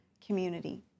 community